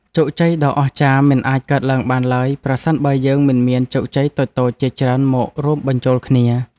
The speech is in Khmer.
ជោគជ័យដ៏អស្ចារ្យមិនអាចកើតឡើងបានឡើយប្រសិនបើយើងមិនមានជោគជ័យតូចៗជាច្រើនមករួមបញ្ចូលគ្នា។